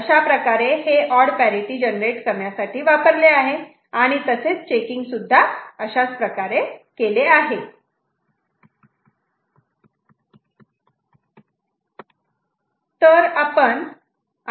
अशाप्रकारे हे odd parity generate करण्यासाठी वापरले आहे आणि तसेच चेकिंग सुद्धा अशाच प्रकारे शक्य आहे